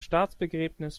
staatsbegräbnis